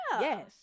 Yes